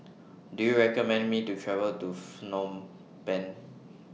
Do YOU recommend Me to travel to Phnom Penh